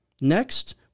Next